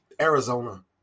Arizona